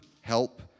help